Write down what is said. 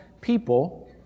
people